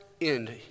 end